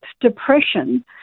depression